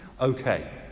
Okay